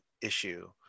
issue